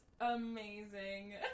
amazing